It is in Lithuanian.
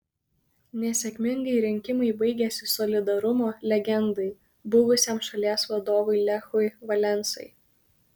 nesėkmingai rinkimai baigėsi solidarumo legendai buvusiam šalies vadovui lechui valensai